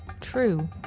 True